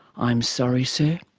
i'm sorry sir,